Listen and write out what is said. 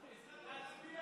תצביע